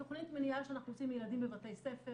תכנית מניעה שאנחנו עושים לילדים בבתי ספר